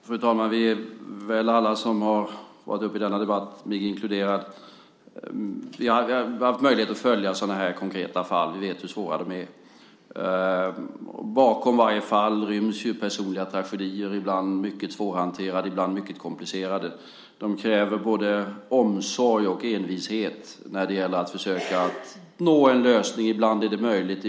Fru talman! Vi har väl alla som har varit uppe i den här debatten, jag inkluderad, haft möjlighet att följa sådana här konkreta fall. Vi vet hur svåra de är. Bakom varje fall ryms personliga tragedier, ibland mycket svårhanterliga, ibland mycket komplicerade. Det kräver både omsorg och envishet när det gäller att försöka nå en lösning. Ibland är det möjligt.